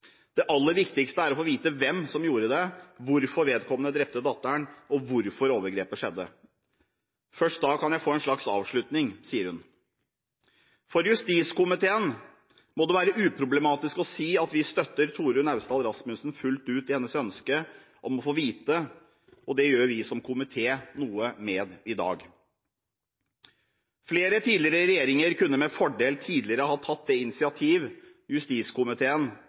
Det aller viktigste er å få vite hvem som gjorde det, hvorfor vedkommende drepte datteren, og hvorfor overgrepet skjedde. «Først da kan jeg få en slags avslutning», sier hun. For justiskomiteen må det være uproblematisk å si at vi støtter Torunn Austdal Rasmussen fullt ut i hennes ønske om å få vite, og det gjør vi som komité noe med i dag. Flere tidligere regjeringer kunne med fordel ha tatt det initiativ justiskomiteen